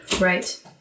right